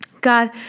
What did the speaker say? God